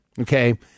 okay